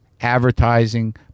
advertising